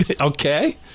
Okay